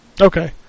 Okay